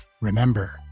Remember